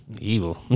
Evil